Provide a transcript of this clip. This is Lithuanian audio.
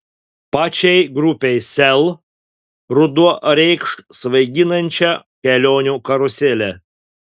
pačiai grupei sel ruduo reikš svaiginančią kelionių karuselę